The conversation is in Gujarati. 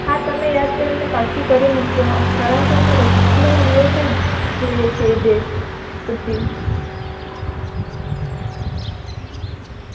હા તમે યાદ કરીને પાકું કરી મુકજો કારણકે હું મને રક્ષાબંધનના દિવસે જ જોઈએ છે એ તે કુર્તી